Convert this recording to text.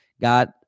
God